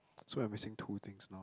so I'm missing two things now